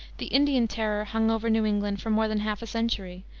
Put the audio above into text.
the indian terror hung over new england for more than half a century,